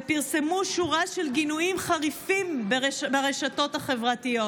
ופרסמו שורה של גינויים חריפים ברשתות החברתיות.